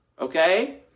okay